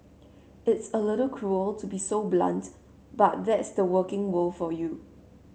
it's a little cruel to be so blunt but that's the working world for you